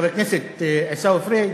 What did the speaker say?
חבר הכנסת עיסאווי פריג',